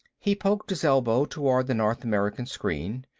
he poked his elbow toward the north america screen.